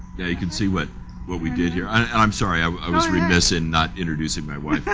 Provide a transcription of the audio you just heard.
yeah, you can see what what we did here. i'm sorry i was remise in not introducing my wife,